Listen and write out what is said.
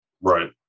Right